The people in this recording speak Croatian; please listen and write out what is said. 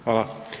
Hvala.